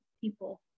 people